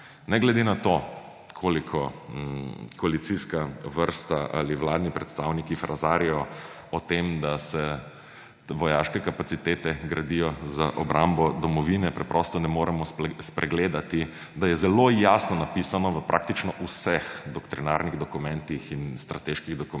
Ne glede na to, koliko koalicijska vrsta ali vladni predstavniki frazarijo o tem, da se vojaške kapacitete gradijo za obrambo domovine, preprosto ne moremo spregledati, da je zelo jasno napisano v praktično vseh doktrinarnih dokumentih in strateških dokumentih